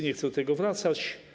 Nie chcę do tego wracać.